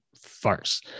farce